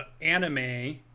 anime